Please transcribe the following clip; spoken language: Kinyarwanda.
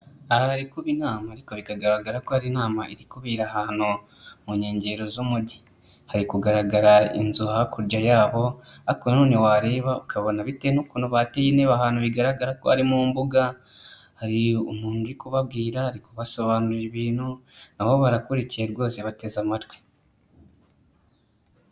Aha hari kuba inama ariko bikagaragara ko hari inama iri kubera ahantu mu nkengero z'umujyi, hari kugaragara inzu hakurya yabo ariko na none wareba ukabona bitewe n'ukuntu bateye intebe ahantu bigaragara ko ari mu mbuga, hari umuntu uri kubabwira; ari kubasobanurira ibintu, nabo barakurikiye rwose bateze amatwi.